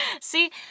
see